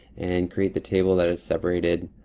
and create the table that is separated